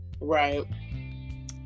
Right